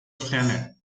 planet